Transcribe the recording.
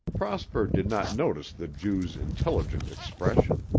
prosper did not notice the jew's intelligent expression.